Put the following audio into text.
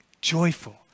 Joyful